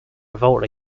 revolt